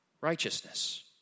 righteousness